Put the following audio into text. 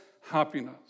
happiness